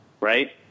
right